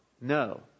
No